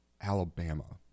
alabama